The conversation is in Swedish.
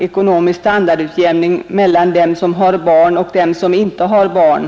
——— Ekonomisk standardutjämning mellan dem som har barn och dem som inte har barn.